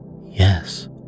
Yes